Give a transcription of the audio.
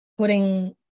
putting